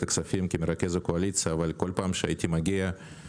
הכספים כרכז הקואליציה אבל כל פעם שהייתי מגיע,